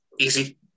easy